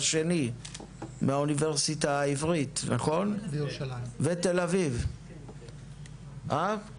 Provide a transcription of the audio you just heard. שני מהאוניברסיטה העברית ותל אביב נכון?